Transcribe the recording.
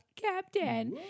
Captain